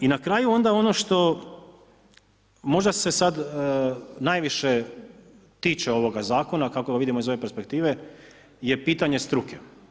I na kraju onda ono što možda se sad najviše tiče ovog zakona kako vidimo iz ove perspektive je pitanje struke.